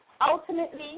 ultimately